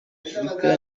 afurika